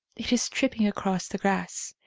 it is tripping across the grass.